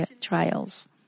trials